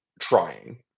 trying